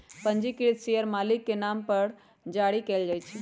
पंजीकृत शेयर मालिक के नाम पर जारी कयल जाइ छै